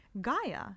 Gaia